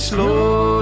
Slow